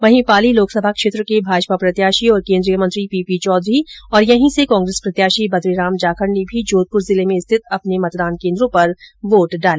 वहीं पाली लोकसभा क्षेत्र के भाजपा प्रत्याशी और केन्द्रीय मंत्री पीपी चौधरी तथा यहीं से कांग्रेस प्रत्याशी बद्रीराम जाखड़ ने भी जोधपुर जिले में स्थित अपने मतदान केंद्रों पर वोट डाला